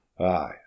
Aye